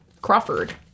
Crawford